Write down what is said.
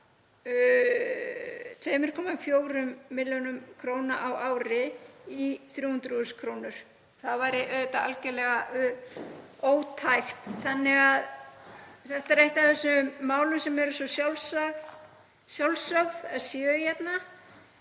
2,4 millj. kr. á ári í 300.000 kr. Það væri algerlega ótækt. Þannig að þetta er eitt af þessum málum sem eru svo sjálfsögð að séu hérna